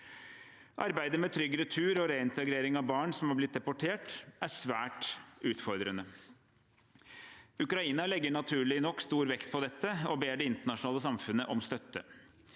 Arbeidet med trygg retur og reintegrering av barn som har blitt deportert, er svært utfordrende. Ukraina legger naturlig nok stor vekt på dette og ber det internasjonale samfunnet om støtte.